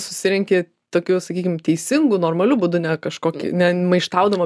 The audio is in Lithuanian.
susirenki tokiu sakykim teisingu normaliu būdu ne kažkokį ne maištaudama